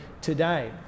today